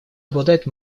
обладает